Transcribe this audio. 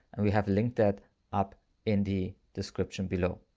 and we have linked that up in the description below.